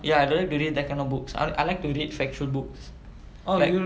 ya I don't like to read that kind of books I I like to read factual books like